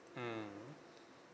mmhmm